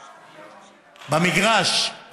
במגרש.